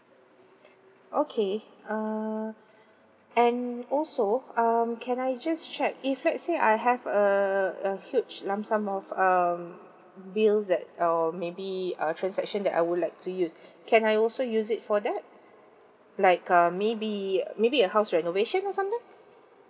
okay uh and also um can I just check if let's say I have a a huge lump sum of um bill that um maybe a transaction that I would like to use can I also use it for that like um maybe maybe a house renovation or something